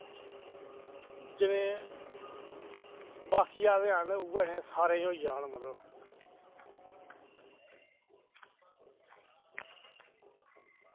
बाकी आह्ले बी हैन जियां सारे उआं होई जाह्न